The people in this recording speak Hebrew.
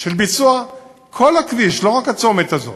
של ביצוע כל הכביש, לא רק הצומת הזה.